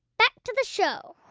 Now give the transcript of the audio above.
back to the show